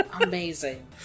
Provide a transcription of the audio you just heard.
Amazing